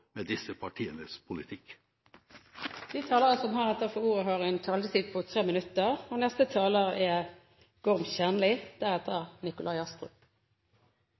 med disse partienes politikk. De talere som heretter får ordet, har en taletid på inntil 3 minutter.